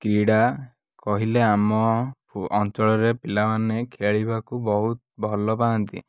କ୍ରୀଡ଼ା କହିଲେ ଆମ ଅଞ୍ଚଳରେ ପିଲାମାନେ ଖେଳିବାକୁ ବହୁତ ଭଲ ପାଆନ୍ତି